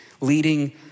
leading